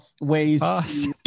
ways